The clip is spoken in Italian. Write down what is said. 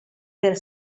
per